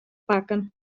pakken